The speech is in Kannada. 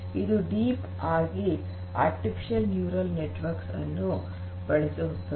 ಇದು ಡೀಪ್ ಆಗಿ ಆರ್ಟಿಫಿಷಿಯಲ್ ನ್ಯೂರಲ್ ನೆಟ್ವರ್ಕ್ ಅನ್ನು ಬಳಸುತ್ತದೆ